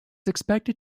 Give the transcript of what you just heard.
expected